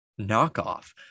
knockoff